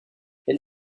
elle